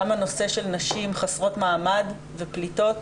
גם הנושא של נשים חסרות מעמד ופליטות,